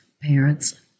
parents